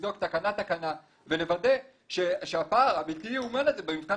ולבדוק תקנה-תקנה ולוודא שהפער הבלתי-יאומן הזה במבחן